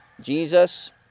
Jesus